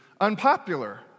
unpopular